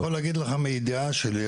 אני יכול להגיד לך מידיעה שלי,